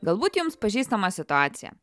galbūt jums pažįstama situacija